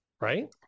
Right